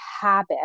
habit